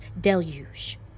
deluge